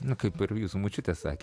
na kaip ir jūsų močiutė sakė